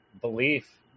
belief